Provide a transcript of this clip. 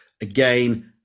Again